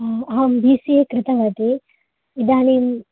अहं B C A कृतवती इदानीं